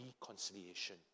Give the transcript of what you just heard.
reconciliation